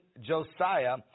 Josiah